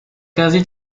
quasi